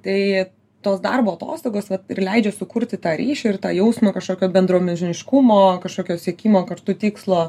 tai tos darbo atostogos vat ir leidžia sukurti tą ryšį ir tą jausmą kažkokio bendruomeniškumo kažkokio siekimo kartu tikslo